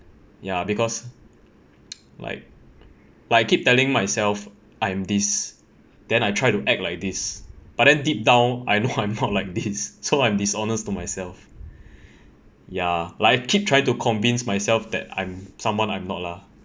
ya because like like I keep telling myself I am this then I try to act like this but then deep down I know I'm not like this so I'm dishonest to myself ya like keep trying to convince myself that I'm someone I'm not lah